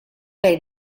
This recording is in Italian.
per